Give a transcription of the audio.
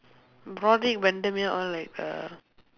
broadrick when terminal all like uh